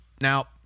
Now